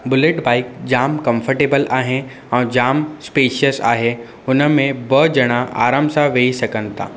bullet bike जाम comfortable आहे ऐं जाम स्पेशियस आहे हुनमें ॿ ॼणा आराम सां वेही सघनि था